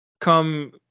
come